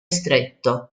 stretto